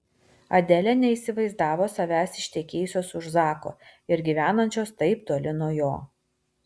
adelė neįsivaizdavo savęs ištekėjusios už zako ir gyvenančios taip toli nuo jo